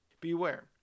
Beware